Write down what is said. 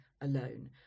alone